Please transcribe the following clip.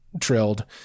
trilled